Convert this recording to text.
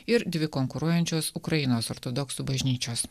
ir dvi konkuruojančios ukrainos ortodoksų bažnyčios